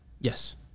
Yes